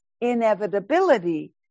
inevitability